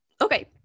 Okay